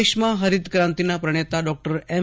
દેશમાં હરીતક્રાંતિના પ્રણેતા ડોકટર એમ